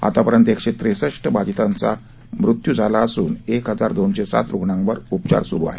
आतापर्यंत एकशे त्रेसष्ट बाधितांचा मृत्यू झाला असून एक हजार दोनशे सात रुग्णांवर उपचार सूरू आहे